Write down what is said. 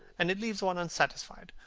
and it leaves one unsatisfied.